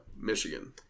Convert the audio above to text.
Michigan